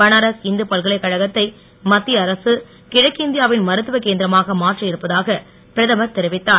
பனாரஸ் இந்து பல்கலைக்கழகத்தை மத்திய அரசு கிழக்கிந்தியாவின் மருத்துவ கேந்திரமாக மாற்ற இருப்பதாக பிரதமர் தெரிவித்தார்